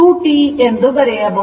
ಇದು p v i